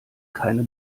keine